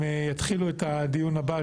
הם יפתחו את הדיון הבא,